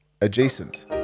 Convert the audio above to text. adjacent